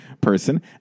person